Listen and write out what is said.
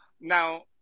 now